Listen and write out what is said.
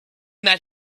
that